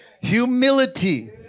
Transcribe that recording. humility